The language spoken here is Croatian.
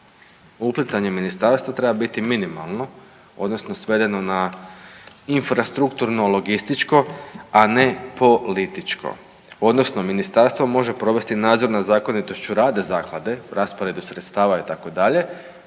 uplitanje ministarstva treba biti minimalno odnosno svedeno na infrastrukturno logističko, a ne političko odnosno ministarstvo može provesti nadzor nad zakonitošću rada zaklade u rasporedu sredstava itd.,